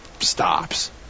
stops